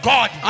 God